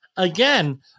Again